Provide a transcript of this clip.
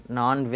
non